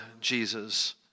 Jesus